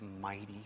mighty